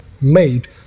made